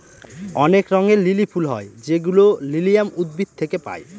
অনেক রঙের লিলি ফুল হয় যেগুলো লিলিয়াম উদ্ভিদ থেকে পায়